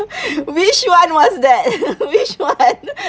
which one was that which one